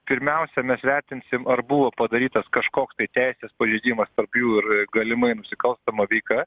pirmiausia mes vertinsim ar buvo padarytas kažkoks tai teisės pažeidimas tarp jų ir galimai nusikalstama veika